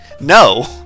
no